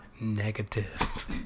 negative